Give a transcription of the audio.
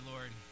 Lord